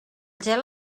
gel